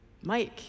Mike